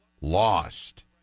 lost